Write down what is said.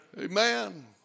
Amen